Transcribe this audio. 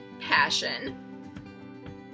passion